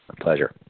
Pleasure